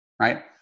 right